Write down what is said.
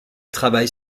travaille